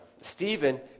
Stephen